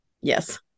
Yes